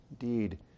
Indeed